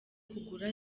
kugura